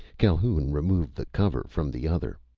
calhoun removed the cover from the other.